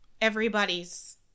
everybody's –